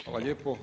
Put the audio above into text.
Hvala lijepo.